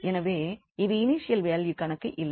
எனவே இது initial value கணக்கு இல்லை